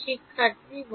শিক্ষার্থী 1